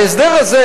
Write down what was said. ההסדר הזה,